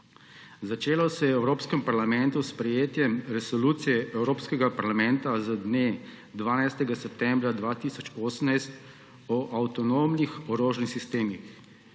Začelo se je v Evropskem parlamentu s sprejetjem Resolucije Evropskega parlamenta z dne 12. septembra 2018 o avtonomnih orožnih sistemih.